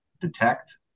detect